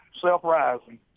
self-rising